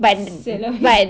!siala!